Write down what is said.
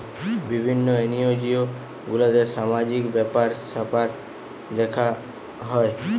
বিভিন্ন এনজিও গুলাতে সামাজিক ব্যাপার স্যাপার দেখা হয়